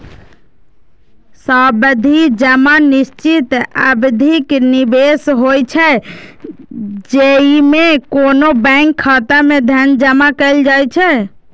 सावधि जमा निश्चित अवधिक निवेश होइ छै, जेइमे कोनो बैंक खाता मे धन जमा कैल जाइ छै